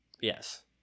Yes